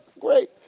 great